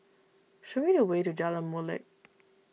show me the way to Jalan Molek